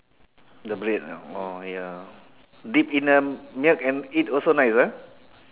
the bread oh ya dip in the milk and eat also nice ah